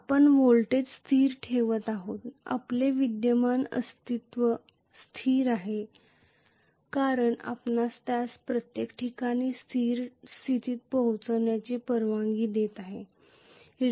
आपण व्होल्टेज स्थिर ठेवत आहात आपले विद्यमान अस्तित्व स्थिर आहे कारण आपण त्यास प्रत्येक ठिकाणी स्थिर स्थितीत पोहोचण्याची परवानगी देत आहात